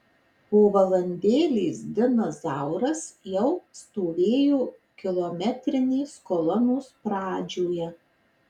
po valandėlės dinas zauras jau stovėjo kilometrinės kolonos pradžioje